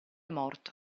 morto